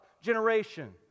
generation